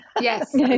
Yes